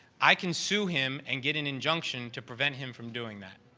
i can sue him and get an injunction to prevent him from doing that.